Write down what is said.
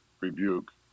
rebuke